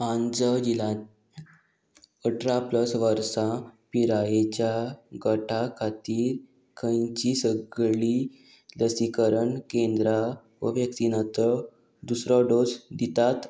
आंजव जिल्ल्यांत अठरा प्लस वर्सां पिरायेच्या गटा खातीर खंयचीं सगळीं लसीकरण केंद्रां वोव्हॅक्सिनाचो दुसरो डोस दितात